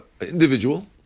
individual